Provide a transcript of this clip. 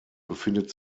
befindet